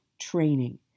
training